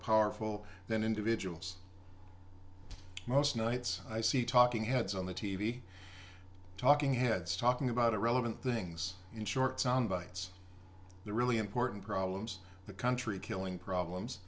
powerful than individuals most nights i see talking heads on the t v talking heads talking about irrelevant things in short soundbites the really important problems the country killing problems